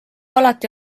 alati